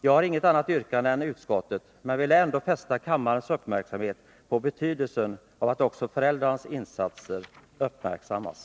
Jag har inget annat yrkande än vad som framgår av utskottets hemställan, men jag ville ändå fästa kammarens uppmärksamhet på betydelsen av att också föräldrarnas insatser uppmärksammas.